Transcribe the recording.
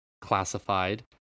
classified